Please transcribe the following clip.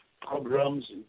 programs